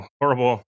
horrible